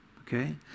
Okay